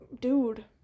dude